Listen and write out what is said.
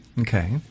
Okay